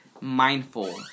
mindful